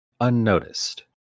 unnoticed